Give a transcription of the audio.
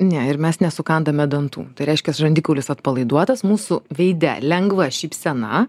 ne ir mes ne sukandame dantų tai reiškias žandikaulis atpalaiduotas mūsų veide lengva šypsena